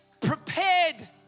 prepared